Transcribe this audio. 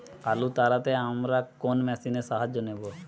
আলু তাড়তে আমরা কোন মেশিনের সাহায্য নেব?